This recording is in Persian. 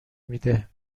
میده